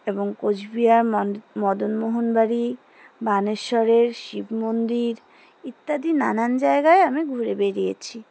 এবং কোচবিহার মন্ড মদনমোহন বাাড়ি বানেশ্বরের শিব মন্দির ইত্যাদি নানান জায়গায় আমি ঘুরে বেরিয়েছি